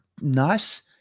nice